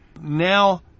now